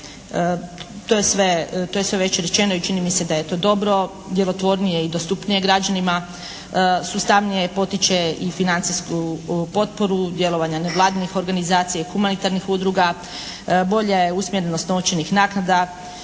Tu je sve već rečeno i čini mi se da je to dobro, djelotvornije i dostupnije građanima, sustavnije potiče i financijsku potporu djelovanja nevladinih organizacija i humanitarnih udruga, bolja je usmjerenost novčanih naknada